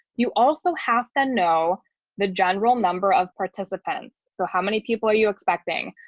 you also have to know the general number of participants. so how many people are you expecting?